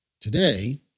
Today